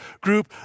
group